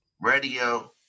Radio